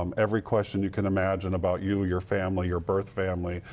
um every question you can imagine about you, your family, your birth family,